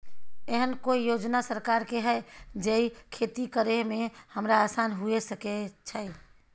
एहन कौय योजना सरकार के है जै खेती करे में हमरा आसान हुए सके छै?